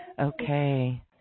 Okay